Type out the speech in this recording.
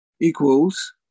equals